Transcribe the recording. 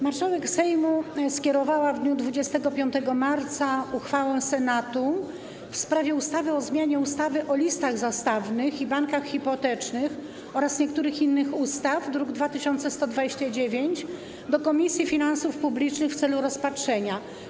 Marszałek Sejmu skierowała w dniu 25 marca uchwałę Senatu w sprawie ustawy o zmianie ustawy o listach zastawnych i bankach hipotecznych oraz niektórych innych ustaw, druk nr 2129, do Komisji Finansów Publicznych w celu rozpatrzenia.